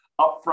upfront